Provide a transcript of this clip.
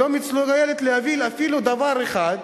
שלא מסוגלת להוביל אפילו דבר אחד,